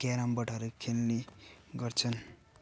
केरम बोर्डहरू खेल्ने गर्छन्